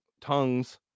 tongues